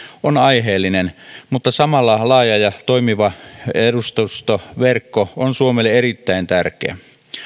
on aiheellinen mutta samalla laaja ja toimiva edustustoverkko on suomelle erittäin tärkeä